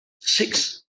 six